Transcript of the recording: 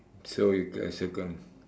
so you can circle